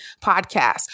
podcast